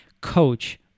coach